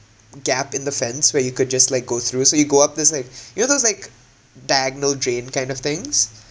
gap in the fence where you could just like go through so you go up there's like you know those like dag~ no drain kind of things